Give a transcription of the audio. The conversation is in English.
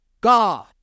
God